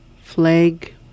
Flag